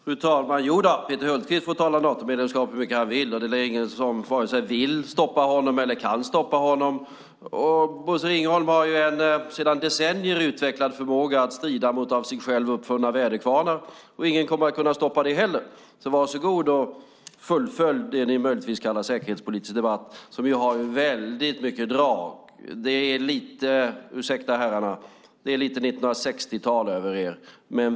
Fru talman! Jodå, Peter Hultqvist får diskutera Natomedlemskapet hur mycket han vill. Det finns ingen som vare sig vill eller kan stoppa honom. Bosse Ringholm har sedan decennier en utvecklad förmåga att strida mot av honom själv uppfunna väderkvarnar, och ingen kommer att kunna stoppa det heller. Så varsågoda och fullfölj det som ni möjligtvis kallar säkerhetspolitisk debatt. Herrarna får ursäkta, men det är lite 1960-tal över er.